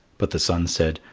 but the sun said,